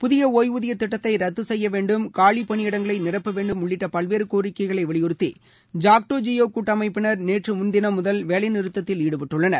புதிய ஓய்வூதிய திட்டத்தை ரத்து செய்ய வேண்டும் காலி பணியிடங்களை நிரப்ப வேண்டும் உள்ளிட்ட பல்வேறு கோரிக்கைகளை வலியுறுத்தி ஜாக்டோ ஜியோ கூட்டமைப்பினர் நேற்று முன்தினம் முதல் வேலைநிறுத்தத்தில் ஈடுபட்டுள்ளனர்